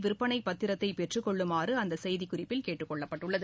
விற்பனை பத்திரத்தை பெற்றுக் கொள்ளுமாறு அந்த செய்திக்குறிப்பில் கேட்டுக் கொள்ளப்பட்டுள்ளது